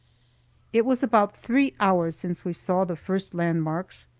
it was about three hours since we saw the first landmarks,